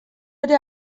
ere